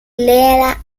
leela